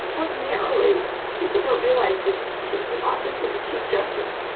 ordinarily people don't realize this. she's the office of the chief justice.